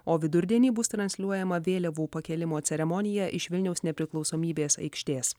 o vidurdienį bus transliuojama vėliavų pakėlimo ceremonija iš vilniaus nepriklausomybės aikštės